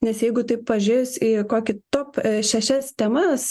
nes jeigu taip pažiūrėjus į kokį top šešias temas